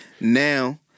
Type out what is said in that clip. Now